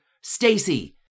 Stacy